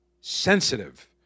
sensitive